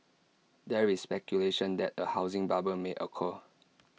there is speculation that A housing bubble may occur